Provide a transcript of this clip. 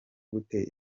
gute